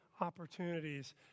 opportunities